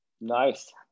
Nice